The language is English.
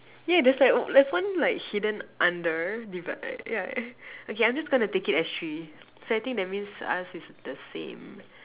yeah there's like uh there's one like hidden under yeah okay I'm just gonna take it as three so I think that means us is the same